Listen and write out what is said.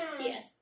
Yes